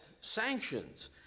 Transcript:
sanctions